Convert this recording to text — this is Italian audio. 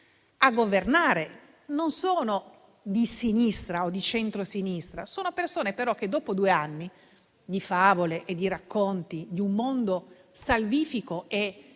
a governare; non sono di sinistra o di centrosinistra, ma persone che dopo due anni di favole e di racconti di un mondo salvifico e